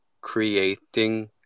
creating